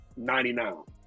99